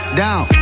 down